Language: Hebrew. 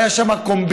היו שם קומבינות,